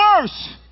worse